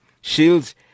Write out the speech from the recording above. Shields